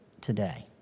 today